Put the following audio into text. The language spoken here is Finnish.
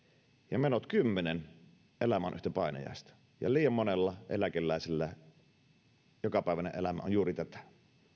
ja menot kymmenen elämä on yhtä painajaista ja liian monella eläkeläisellä jokapäiväinen elämä on juuri tätä